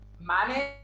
manage